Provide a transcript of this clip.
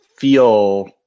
feel